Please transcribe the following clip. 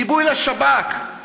גיבוי לשב"כ,